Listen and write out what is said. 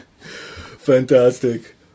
fantastic